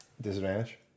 Disadvantage